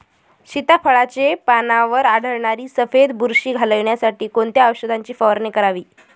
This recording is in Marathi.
सीताफळाचे पानांवर आढळणारी सफेद बुरशी घालवण्यासाठी कोणत्या औषधांची फवारणी करावी?